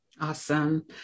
Awesome